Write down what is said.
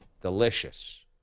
Delicious